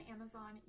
Amazon